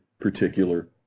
particular